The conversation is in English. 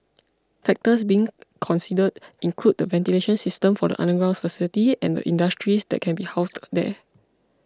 factors being considered include the ventilation system for the underground facility and the industries that can be housed there